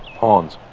pawns.